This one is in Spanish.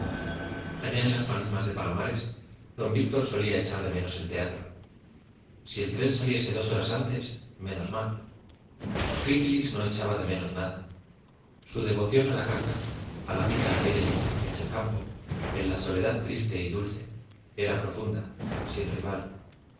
allá en las marismas de palomares don víctor solía echar de menos el teatro si el tren saliese dos horas antes menos mal frígilis no echaba de menos nada su devoción a la caza a la vida al aire libre en el campo en la soledad triste y dulce era profunda sin rival